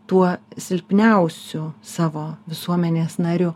tuo silpniausiu savo visuomenės nariu